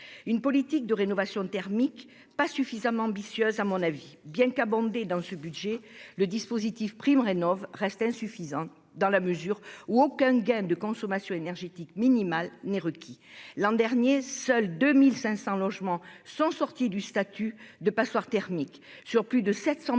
La politique de rénovation thermique n'est pas non plus suffisamment ambitieuse, me semble-t-il. Bien qu'il soit abondé dans ce budget, le dispositif MaPrimeRénov'reste insuffisant, dans la mesure où aucun gain de consommation énergétique minimal n'est requis. L'an dernier, seuls 2 500 logements sont sortis du statut de passoires thermiques. Sur plus de 700 000